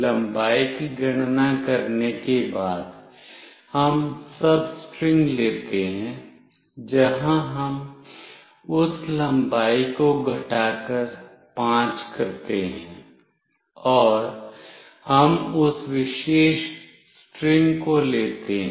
लंबाई की गणना करने के बाद हम सबस्ट्रिंग लेते हैं जहां हम उस लंबाई को घटाकर 5 करते हैं और हम उस विशेष स्ट्रिंग को लेते हैं